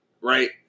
right